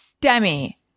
Demi